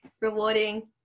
rewarding